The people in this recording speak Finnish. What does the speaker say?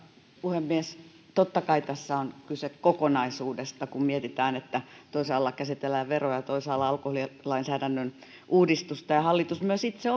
puhemies totta kai tässä on kyse kokonaisuudesta kun mietitään että toisaalla käsitellään veroja ja toisaalla alkoholilainsäädännön uudistusta hallitus myös itse